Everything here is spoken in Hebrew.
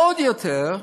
עוד יותר,